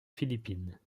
philippines